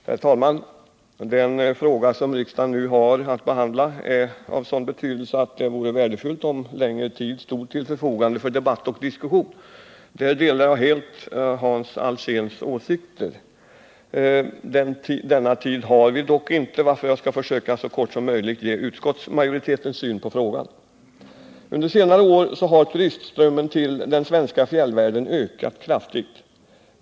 Herr talman! Den fråga som riksdagen nu har att behandla är av sådan betydelse att det vore värdefullt om längre tid stod till förfogande för debatt och diskussion. Här delar jag helt Hans Alséns åsikter. Denna tid har vi dock inte, varför jag skall försöka att så kort som möjligt ge utskottsmajoritetens syn på frågan. Under senare år har turistströmmen till den svenska fjällvärlden ökat kraftigt.